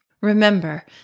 Remember